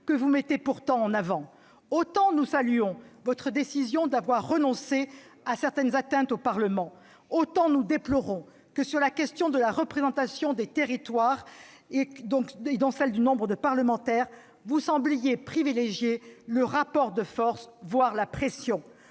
que vous mettez en avant ! Autant nous saluons votre décision d'avoir renoncé à certaines atteintes au Parlement, autant nous déplorons que, sur la question de la représentation des territoires, et donc celle du nombre de parlementaires, vous sembliez privilégier le rapport de force, voire la pression.